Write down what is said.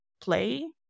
play